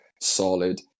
solid